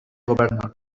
governor